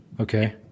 Okay